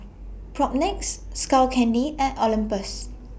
Propnex Skull Candy and Olympus